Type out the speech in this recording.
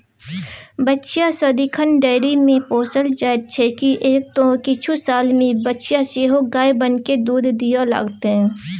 बछिया सदिखन डेयरीमे पोसल जाइत छै किएक तँ किछु सालमे बछिया सेहो गाय बनिकए दूध दिअ लागतै